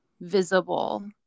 visible